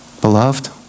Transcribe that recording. Beloved